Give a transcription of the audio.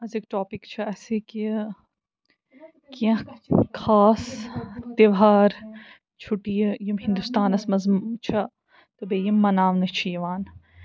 أزیُک ٹاپِک چھُ اَسہِ یہِ کہِ کیٚنہہ خاص تِوہار چھُٹیہِ یِم ہِندُستانَس منٛز چھِ تہٕ بیٚیہِ یِم مَناونہٕ چھِ یِوان